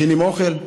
מכינים אוכל.